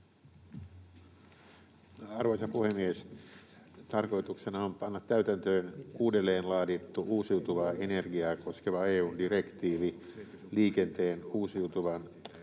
Arvoisa puhemies! Tarkoituksena on panna täytäntöön uudelleen laadittu uusiutuvaa energiaa koskeva EU:n direktiivi liikenteen uusiutuvan